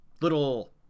little